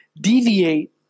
deviate